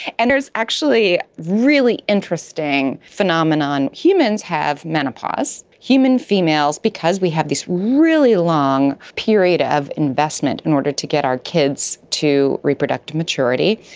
and there's actually a really interesting phenomenon, humans have menopause, human females, because we have this really long period of investment in order to get our kids to reproductive maturity,